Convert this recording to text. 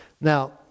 Now